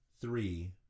three